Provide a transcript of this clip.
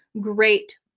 great